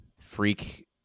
freak